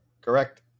Correct